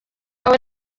wawe